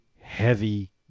heavy